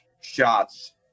shots